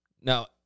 Now